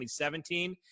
2017